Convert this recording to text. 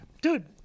Dude